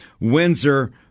Windsor